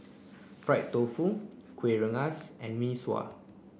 fried tofu Kuih Rengas and Mee Sua